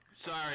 Sorry